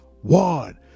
One